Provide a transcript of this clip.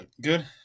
good